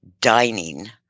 dining